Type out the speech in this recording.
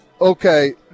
Okay